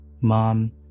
mom